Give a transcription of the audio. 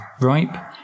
ripe